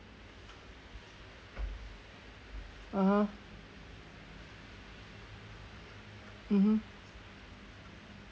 (uh huh) mmhmm